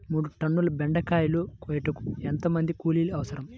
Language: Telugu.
మూడు టన్నుల బెండకాయలు కోయుటకు ఎంత మంది కూలీలు అవసరం?